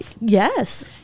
Yes